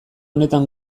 honetan